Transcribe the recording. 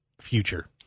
future